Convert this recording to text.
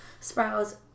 sprouts